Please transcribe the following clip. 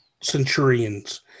centurions